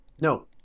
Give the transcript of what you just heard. No